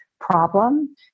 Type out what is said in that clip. problem